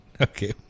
Okay